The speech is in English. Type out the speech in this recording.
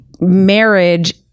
marriage